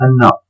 enough